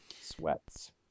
sweats